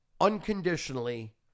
unconditionally